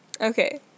Okay